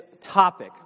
topic